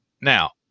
Now